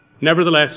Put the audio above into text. nevertheless